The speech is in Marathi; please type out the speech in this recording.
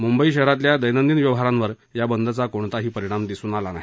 मुंबई शहरातील दैनंदिन व्यवहारावर या बंदचा कोणताही परिणाम दिसून आला नाही